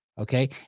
Okay